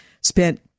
spent